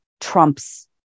trumps